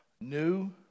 new